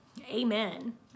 Amen